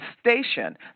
station